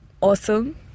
awesome